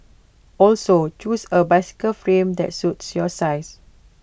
also choose A bicycle frame that suits your size